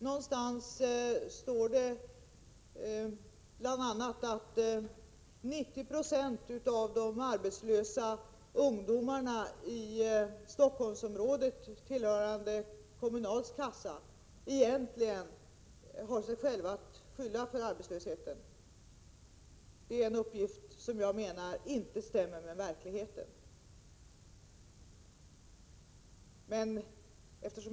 Det står bl.a. att 90 26 av de arbetslösa ungdomarna i Stockholmsområdet som tillhör Kommunals kassa egentligen har sig själva att skylla för arbetslösheten, och det är en uppgift som enligt min uppfattning inte stämmer med verkligheten.